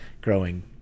growing